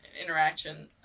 interaction